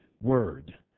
word